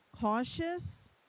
cautious